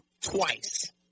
twice